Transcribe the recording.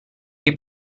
che